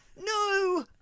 no